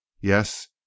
Yes